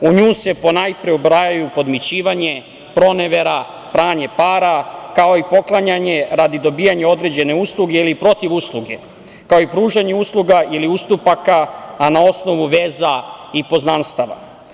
U nju se ubraja podmićivanje, pronevera, pranje para, kao i poklanjanje radi dobijanja određene usluge ili protivusluge, kao i pružanje usluga ili ustupaka, a na osnovu veza i poznanstava.